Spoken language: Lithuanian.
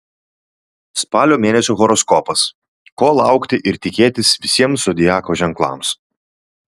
spalio mėnesio horoskopas ko laukti ir tikėtis visiems zodiako ženklams